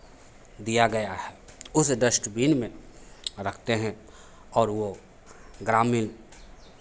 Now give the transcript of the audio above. दिया गया है उस डस्टबिन में रखते हैं और वो ग्रामीण